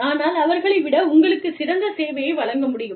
ஆனால் அவர்களை விட உங்களுக்குச் சிறந்த சேவையை வழங்க முடியும்